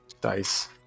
dice